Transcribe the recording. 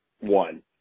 one